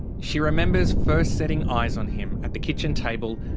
she remembers first setting eyes on him, at the kitchen table,